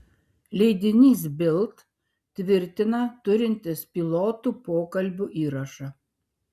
leidinys bild tvirtina turintis pilotų pokalbių įrašą